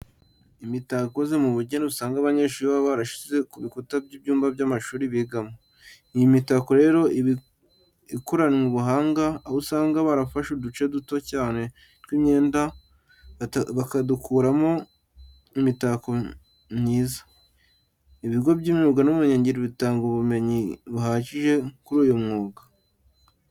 Imitako ikoze mu bugeni usanga abanyeshuri baba barayishyize ku bikuta by'ibyumba by'amashuri bigamo. Iyi mitako rero, iba ikoranywe ubuhanga, aho usanga barafashe uduce duto cyane tw'imyenda, bakadukuramo imitako mwiza. Ibigo by'imyuga n'ubumenyingiro bitanga ubumenyi buhagije kuri uyu mwuga.